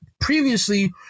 previously